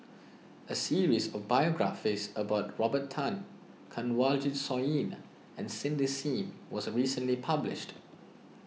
a series of biographies about Robert Tan Kanwaljit Soin and Cindy Sim was recently published